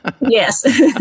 Yes